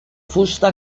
fusta